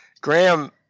Graham